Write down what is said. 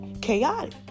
Chaotic